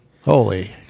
Holy